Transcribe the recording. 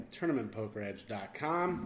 TournamentPokerEdge.com